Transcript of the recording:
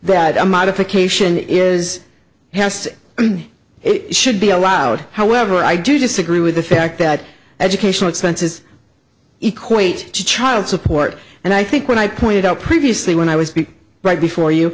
that a modification is has it should be allowed however i do disagree with the fact that educational expenses equate to child support and i think when i pointed out previously when i was right before you